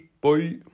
bye